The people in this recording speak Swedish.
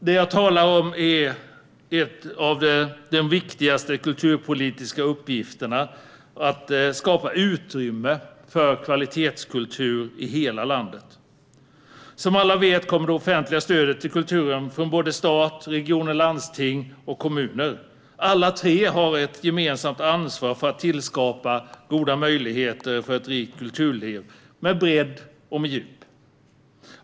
Det jag talar om är en av de viktigaste kulturpolitiska uppgifterna, nämligen att skapa utrymme för kvalitetskultur i hela landet. Som alla vet kommer det offentliga stödet till kulturen från såväl stat som regioner och landsting och kommuner. Alla fyra har ansvar för att skapa goda möjligheter till ett rikt kulturliv med både bredd och djup.